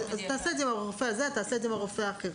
תעשה את זה עם הרופא הזה או עם הרופא האחר.